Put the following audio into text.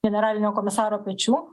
generalinio komisaro pečių